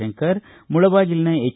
ಶಂಕರ್ ಮುಳಬಾಗಿಲಿನ ಎಚ್